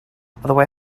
although